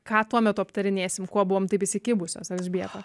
ką tuo metu aptarinėsim kuo buvom taip įsikibusios elžbieta